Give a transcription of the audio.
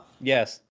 Yes